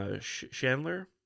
Chandler